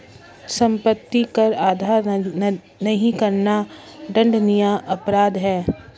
सम्पत्ति कर अदा नहीं करना दण्डनीय अपराध है